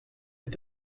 est